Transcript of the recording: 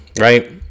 right